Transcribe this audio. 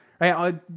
right